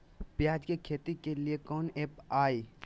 प्याज के खेती के लिए कौन ऐप हाय?